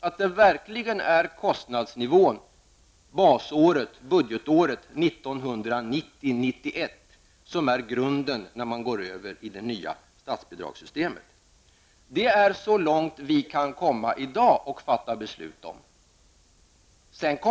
att det verkligen är kostnadsnivån och basåret, budgetåret 1990/91, som är grunden vid övergången till det nya statsbidragssystemet. Längre än så kan vi inte komma i dag när det gäller att fatta beslut här.